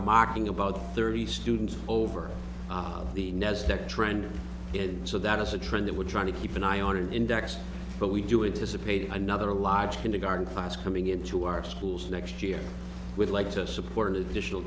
marking about thirty students over the next that trend and so that is a trend that we're trying to keep an eye on an index but we do it dissipate another large kindergarten class coming into our schools next year would like to support an additional